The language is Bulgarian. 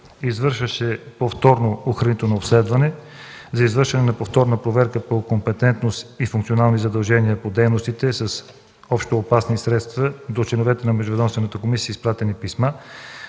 извършва се повторно охранително обследване за извършване на повторна проверка по компетентност и функционални задължения по дейностите с общоопасни средства, до членовете на междуведомствената комисия са изпратени писма.